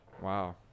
Wow